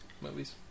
Movies